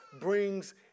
brings